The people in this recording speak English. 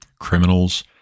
criminals